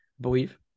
believe